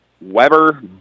Weber